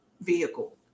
vehicle